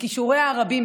בכישוריה הרבים,